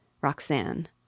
Roxanne